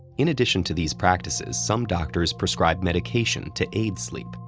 in addition to these practices, some doctors prescribe medication to aid sleep,